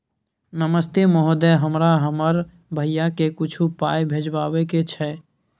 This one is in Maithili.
नमस्ते महोदय, हमरा हमर भैया के कुछो पाई भिजवावे के छै?